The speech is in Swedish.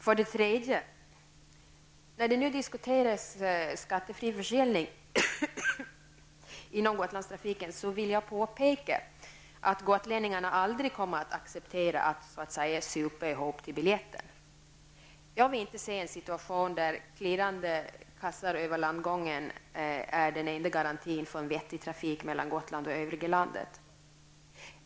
För det tredje: När det nu diskuteras skattefri försäljning inom Gotlandstrafiken, vill jag påpeka att gotlänningarna aldrig kommer att acceptera att ''supa ihop till biljetten''. Jag vill inte se en situation där klirrande kassar över landgången är den enda garantin för en vettig trafik mellan Gotland och övriga landet.